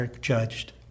judged